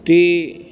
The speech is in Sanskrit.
ते